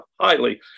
highly